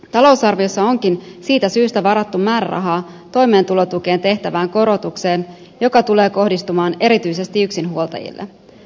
talousarviossa onkin siitä syystä varattu määräraha toimeentulotukeen tehtävään korotukseen joka tulee kohdistumaan erityisesti yksinhuoltajille